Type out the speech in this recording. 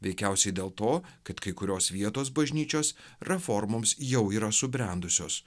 veikiausiai dėl to kad kai kurios vietos bažnyčios reformoms jau yra subrendusios